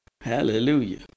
Hallelujah